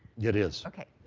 yeah it is. okay,